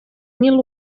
mil